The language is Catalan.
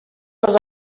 les